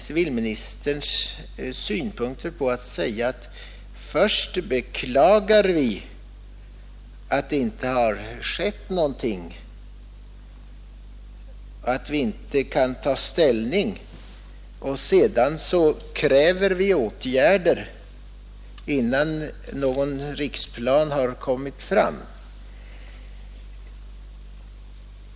Civilministern sade att vi först beklagar att det inte har skett någonting och att vi därför inte kan ta ställning, och sedan kräver vi åtgärder innan någon riksplanering har gjorts.